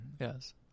Yes